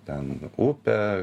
ten upė